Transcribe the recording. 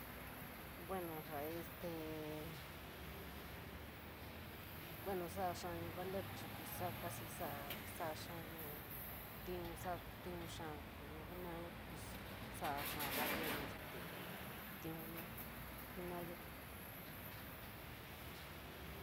Bueno, pos este, bueno salai xa xaiyo voler saa casp sa salai xa xaiyo tiin satiño jenoraiyo, pues salai xaa valer tee tiinyo jenoraiyo.